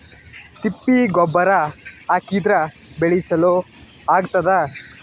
ತಿಪ್ಪಿ ಗೊಬ್ಬರ ಹಾಕಿದ್ರ ಬೆಳಿ ಚಲೋ ಆಗತದ?